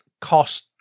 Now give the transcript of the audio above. cost